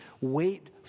Wait